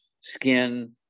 skin